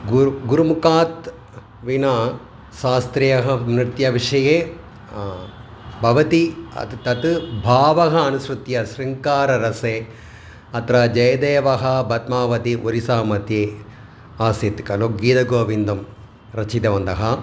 गुरुः गुरुः मुखात् विना शास्त्रीयनृत्यविषये भवति अ ततः भावम् अनुसृत्य शृङ्गाररसे अत्र जयदेवः पद्मावतिः ओरिसामध्ये आसीत् खलु गीतगोविन्दं रचितवन्तः